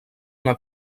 una